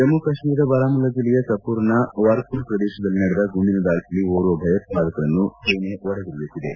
ಜಮ್ನು ಕಾಶ್ನೀರದ ಬಾರಾಮುಲ್ಲ ಜಿಲ್ಲೆಯ ಸಪೂರನ ವರ್ಮರ ಪ್ರದೇಶದಲ್ಲಿ ನಡೆದ ಗುಂಡಿನ ದಾಳಿಯಲ್ಲಿ ಓರ್ವ ಭಯೋತ್ಪಾದಕರನ್ನು ಸೇನೆ ಒಡೆದುರುಳಿಸಿದೆ